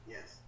Yes